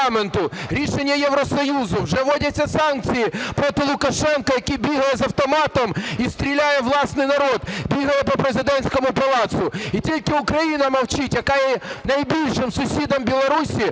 рішення Євросоюзу. Вже вводяться санкції проти Лукашенка, який бігає з автоматом і стріляє у власний народ, бігає по президентському палацу. І тільки Україна мовчить, яка є найбільшим сусідом Білорусі.